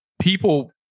People